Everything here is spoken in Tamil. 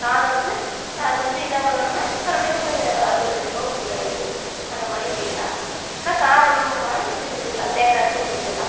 சாதம் வந்து ப கொஞ்சம் இதாக வரணுன்னால் மறுபடி கொஞ்சம் அடுப்பில் வப்போம் கொஞ்சம் இதாயிடும் அந்தமாதிரி செய்யலாம் ஆனால் காரம் அதிகமாக போனாலும் இப்படி செஞ்சிக்கலாம் தேங்காய் அரைச்சு ஊற்றிக்கலாம்